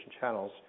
channels